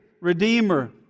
Redeemer